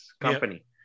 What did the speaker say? company